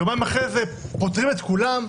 ויומיים אחרי זה פוטרים את כולם.